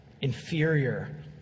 Inferior